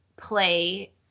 play